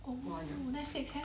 播完了